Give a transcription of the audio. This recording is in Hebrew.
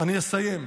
אני אסיים.